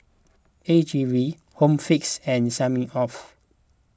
A G V Home Fix and Smirnoff